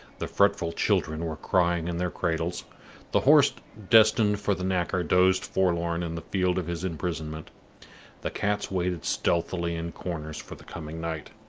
the fretful children were crying in their cradles the horse destined for the knacker dozed forlorn in the field of his imprisonment the cats waited stealthily in corners for the coming night.